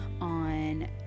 on